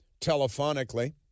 telephonically